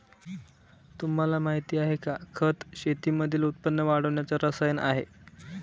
तुम्हाला माहिती आहे का? खत शेतीमधील उत्पन्न वाढवण्याच रसायन आहे